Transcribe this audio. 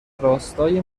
راستای